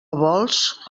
vols